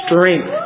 strength